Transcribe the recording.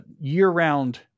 year-round